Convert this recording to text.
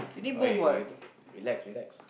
eh you don't relax relax